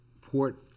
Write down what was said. port